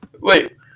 Wait